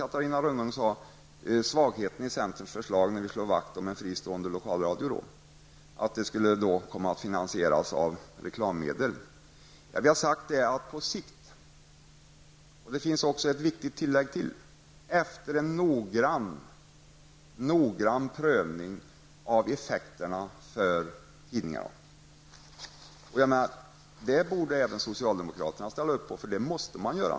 Catarina Rönnung talade sedan om svagheten i centerns förslag när vi slår vakt om en fristående lokalradio som skulle kunna finansieras med reklam. Vi har gjort ett viktigt tillägg: Reklamfinansiering kan bli aktuell på sikt, men efter en noggrann prövning av konsekvenserna för tidningarna. Detta borde, menar jag, även socialdemokraterna kunna ställa upp på. Det måste man göra.